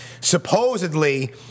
Supposedly